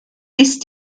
ist